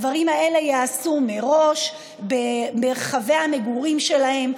הדברים האלה ייעשו מראש ברחבי המגורים שלהם,